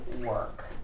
work